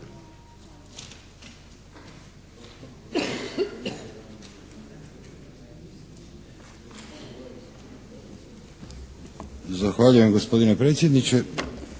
Zahvaljujem gospodine predsjedniče.